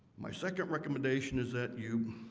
my second recommendation is that you